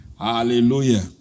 hallelujah